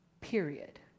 period